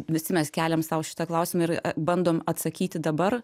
visi mes keliam sau šitą klausimą ir bandom atsakyti dabar